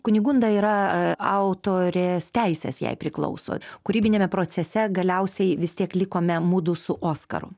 kunigunda yra autorės teisės jai priklauso kūrybiniame procese galiausiai vis tiek likome mudu su oskaru